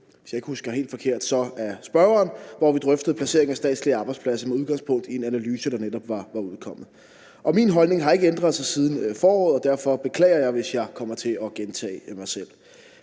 hvis jeg ikke husker helt forkert, hvor vi drøftede placeringen af statslige arbejdspladser med udgangspunkt i en analyse, der netop var udkommet. Min holdning har ikke ændret sig siden foråret, og derfor beklager jeg, hvis jeg kommer til at gentage mig selv.